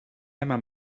eman